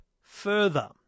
further